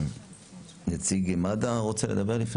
נציג מד"א רוצה לדבר?